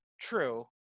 True